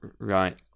right